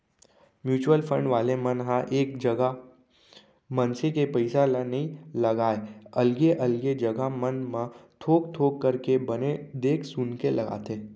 mutual fund वाले मन ह एक जगा मनसे के पइसा ल नइ लगाय अलगे अलगे जघा मन म थोक थोक करके बने देख सुनके लगाथे